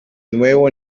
nuevo